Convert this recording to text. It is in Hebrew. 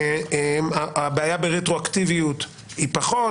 הבעיה ברטרואקטיביות היא פחות,